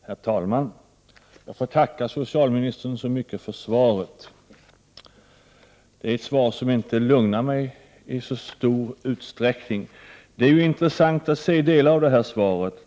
Herr talman! Jag får tacka socialministern så mycket för svaret. Det är ett svar som inte lugnar mig i särskilt stor utsträckning. Det är intressant att titta på delar av det här svaret.